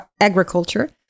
agriculture